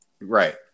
Right